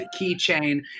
keychain